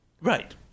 Right